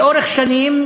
לאורך שנים